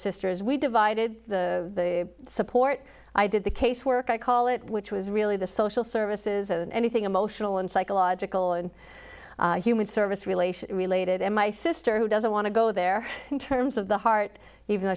sisters we divided the support i did the case work i call it which was really the social services and anything emotional and psychological and human service relation related and my sister who doesn't want to go there in terms of the heart even though